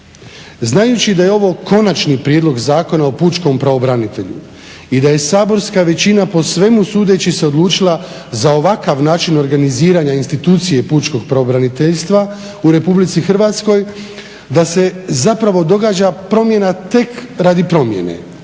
Znajući da je ovo Konačni prijedlog zakona o pučkom pravobranitelju i da je saborska većina po svemu sudeći se odlučila za ovakav način organiziranja institucije pučkog pravobraniteljstva u Republici Hrvatskoj, da se zapravo događa promjena tek radi promjene,